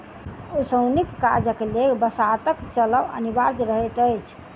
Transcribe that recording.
ओसौनी काजक लेल बसातक चलब अनिवार्य रहैत अछि